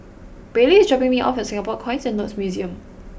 Bailey is dropping me off at Singapore Coins and Notes Museum